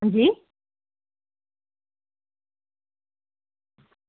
हां जी